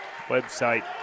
website